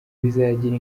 bizagira